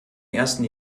ersten